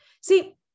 See